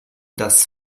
dass